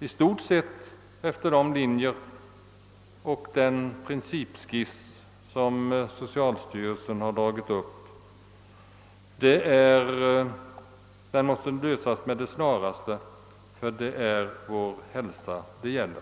i stort sett de linjer och den prin cipskiss som socialstyrelsen har dragit upp, och det måste ske snarast ty det är vår hälsa det gäller.